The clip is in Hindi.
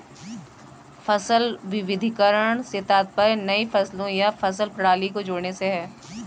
फसल विविधीकरण से तात्पर्य नई फसलों या फसल प्रणाली को जोड़ने से है